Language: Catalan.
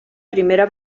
primera